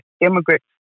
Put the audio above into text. immigrants